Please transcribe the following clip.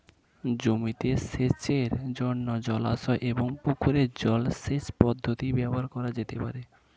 জমিতে সেচের জন্য জলাশয় ও পুকুরের জল সেচ পদ্ধতি ব্যবহার করা যেতে পারে?